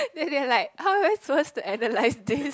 then they like how am I supposed to analyze this